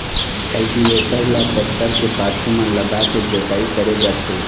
cultivator ल tractor के पाछू म लगाके जोतई करे जाथे